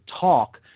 talk